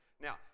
Now